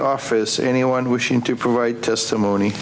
office anyone wishing to provide testimony